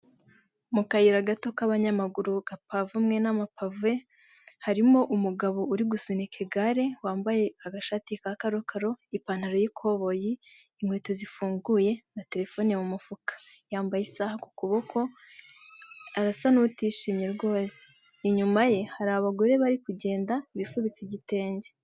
Mu kayira gato k'abanyamaguru gapavumwe n'amapave harimo umugabo uri gusunika igare wambaye agashati ka karokaro ipantaro y'ikoboyi inkweto zifunguye na terefone mu mufuka; yambaye isaha ku kuboko arasa n'utishimye rwose inyuma ye hari abagore bari kugenda bifubitse igitenge.